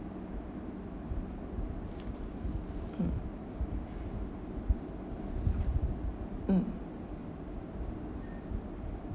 mm mm